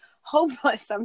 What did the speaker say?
hopeless